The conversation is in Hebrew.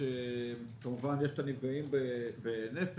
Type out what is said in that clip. כמובן יש את הנפגעים בנפש,